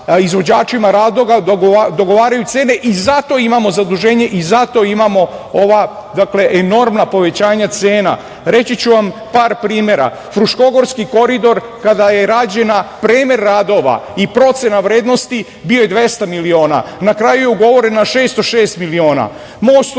izvođačima radova dogovaraju cene i zato imamo zaduženje i zato imamo ova enormna povećanja cena. Reći ću vam par primera, Fruškogorski koridor kada je rađen premer radova i procena vrednosti bio je dvesta miliona, na kraju je ugovorena na 606 miliona, most u Novom